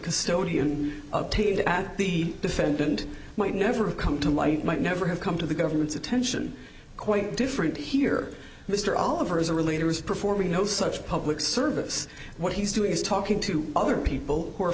custodian of taking to at the defendant might never have come to light might never have come to the government's attention quite different here mr oliver is a related was performing no such public service what he's doing is talking to other people who are